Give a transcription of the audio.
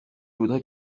voudrais